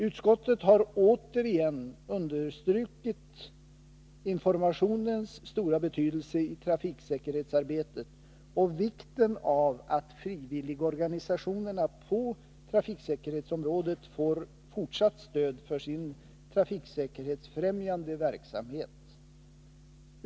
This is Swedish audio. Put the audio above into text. Utskottet har återigen understrukit informationens stora betydelse i trafiksäkerhetsarbetet och vikten av att frivilligorganisationerna på trafiksäkerhetsområdet får fortsatt stöd för sin trafiksäkerhetsfrämjande verksamhet.